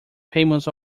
famous